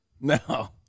No